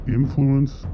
influence